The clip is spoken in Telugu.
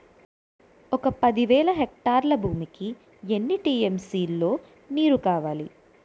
ఒక పది వేల హెక్టార్ల భూమికి ఎన్ని టీ.ఎం.సీ లో నీరు కావాలి?